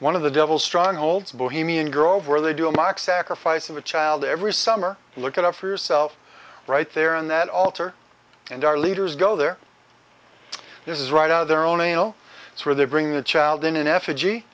one of the devil strongholds bohemian grove where they do a mock sacrifice of a child every summer look it up for yourself right there in that altar and our leaders go there this is right out of their own nail it's where they bring the child in effigy